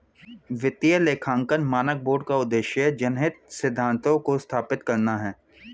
वित्तीय लेखांकन मानक बोर्ड का उद्देश्य जनहित सिद्धांतों को स्थापित करना है